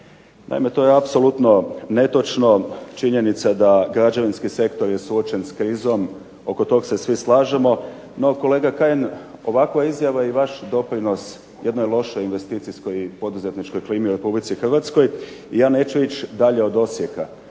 Naime to je apsolutno netočno, činjenica da građevinski sektor je suočen s krizom, oko tog se svi slažemo, no kolega Kajin ovakva izjava i vaš doprinos jednoj lošoj investicijskoj poduzetničkoj klimi u Republici Hrvatskoj ja neću ići dalje od Osijeka.